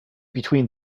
between